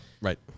Right